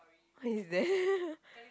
what is that